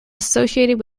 associated